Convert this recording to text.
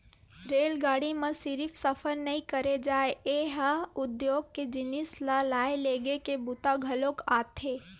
रेलगाड़ी म सिरिफ सफर नइ करे जाए ए ह उद्योग के जिनिस ल लाए लेगे के बूता घलोक आथे